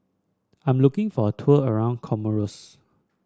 I am looking for a tour around Comoros